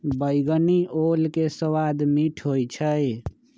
बइगनी ओल के सवाद मीठ होइ छइ